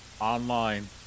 online